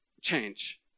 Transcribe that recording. change